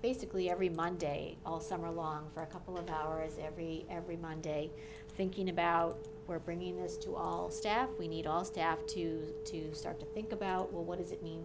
basically every monday all summer long for a couple of hours every every monday thinking about we're bringing this to all staff we need all staff to start to think about well what does it mean